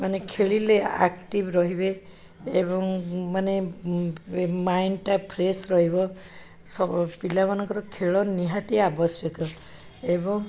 ମାନେ ଖେଳିଲେ ଆକ୍ଟିଭ୍ ରହିବେ ଏବଂ ମାନେ ମାଇଣ୍ଡଟା ଫ୍ରେସ୍ ରହିବ ପିଲାମାନଙ୍କର ଖେଳ ନିହାତି ଆବଶ୍ୟକ ଏବଂ